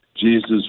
jesus